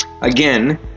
Again